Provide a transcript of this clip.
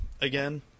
again